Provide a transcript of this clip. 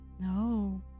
No